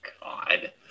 God